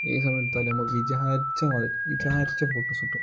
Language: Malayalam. ഈ സമയമെടുത്താലും നമുക്ക് വിചാരിച്ച മാതിരി വിചാരിച്ച ഫോട്ടോസ് കിട്ടും